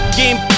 game